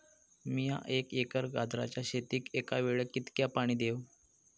मीया एक एकर गाजराच्या शेतीक एका वेळेक कितक्या पाणी देव?